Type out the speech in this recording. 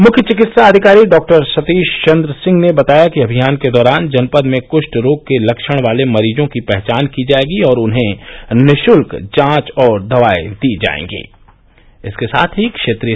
मुख्य चिकित्सा अधिकारी डॉक्टर सतीश चन्द्र सिंह ने बताया कि अभियान के दौरान जनपद में कू ट रोग के लक्षण वाले मरीजों की पहचान की जाएगी और उन्हें निःशुल्क जांच और दवाएं दी जाएंगी